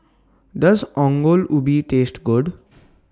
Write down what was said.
Does Ongol Ubi Taste Good